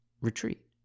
retreat